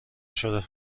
شده